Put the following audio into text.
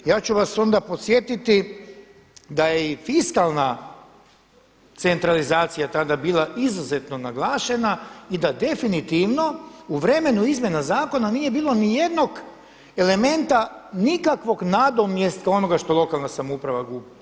Ja ću vas onda podsjetiti da je i fiskalna centralizacija tada bila izuzetno naglašena i da definitivno u vremenu izmjena zakona nije bilo ni jednog elementa nikakvog nadomjeska onoga što lokalna samouprava gubi.